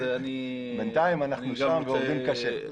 בינתיים אנחנו שם ועובדים קשה.